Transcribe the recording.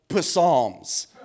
psalms